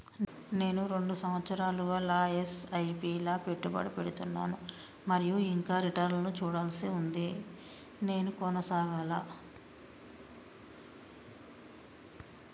నేను రెండు సంవత్సరాలుగా ల ఎస్.ఐ.పి లా పెట్టుబడి పెడుతున్నాను మరియు ఇంకా రిటర్న్ లు చూడాల్సి ఉంది నేను కొనసాగాలా?